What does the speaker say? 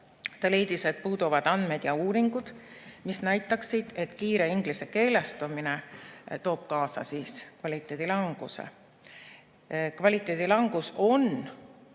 Ta leidis, et puuduvad andmed ja uuringud, mis näitaksid, et kiire ingliskeelestumine toob kaasa kvaliteedi languse. Kvaliteedi langus on,